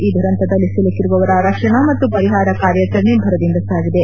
ಈ ದುರಂತದಲ್ಲಿ ಸಿಲುಕಿರುವವರ ರಕ್ಷಣಾ ಮತ್ತು ಪರಿಹಾರ ಕಾರ್ಯಾಚರಣೆ ಭರದಿಂದ ಸಾಗಿದೆ